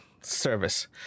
service